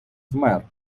вмер